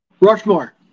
Rushmore